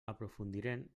aprofundirem